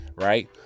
right